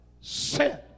Sin